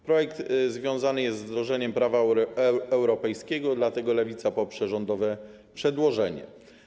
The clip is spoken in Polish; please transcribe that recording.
Projekt związany jest z wdrożeniem prawa europejskiego, dlatego Lewica poprze rządowe przedłożenie.